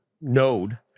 node